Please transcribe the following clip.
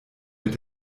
mit